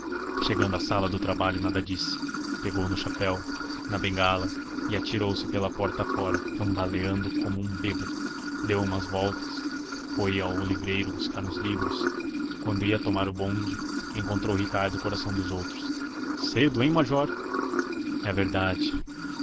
chegando à sala do trabalho nada disse pegou no chapéu na bengala e atirou-se pela porta afora cambaleando como um bêbado deu umas voltas foi ao livreiro buscar uns livros quando ia tomar o bonde encontrou o ricardo coração dos outros cedo hein major é verdade